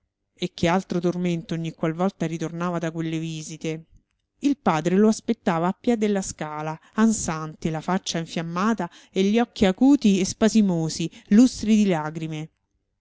e che altro tormento ogni qual volta ritornava da quelle visite il padre lo aspettava a piè della scala ansante la faccia infiammata e gli occhi acuti e spasimosi lustri di lagrime